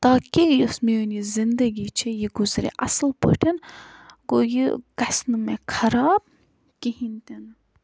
تاکہِ یۄس میٛٲنۍ یہِ زندگی چھِ یہِ گُزرِ اَصٕل پٲٹھۍ گوٚو یہِ گژھِ نہٕ مےٚ خراب کِہیٖنۍ تِنہٕ